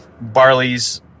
Barley's